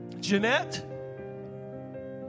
Jeanette